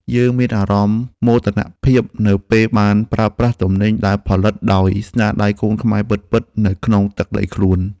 យើងមានអារម្មណ៍មោទនភាពនៅពេលបានប្រើប្រាស់ទំនិញដែលផលិតដោយស្នាដៃកូនខ្មែរពិតៗនៅក្នុងទឹកដីខ្លួន។